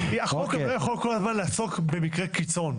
החוק הזה לא יכול כל הזמן לעסוק במקרה קיצון.